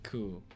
Cool